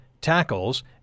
tackles